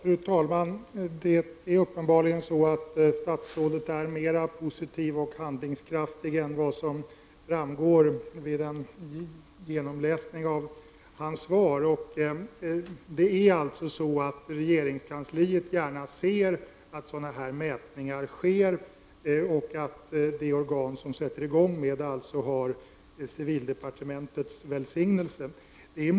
Fru talman! Statsrådet är uppenbarligen mera positiv och handlingskraftig än vad som framgår vid en genomläsning av svaret. Regeringskansliet ser alltså gärna att sådana här mätningar sker, och de organ som sätter igång med detta har civildepartementets välsignelse.